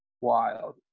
wild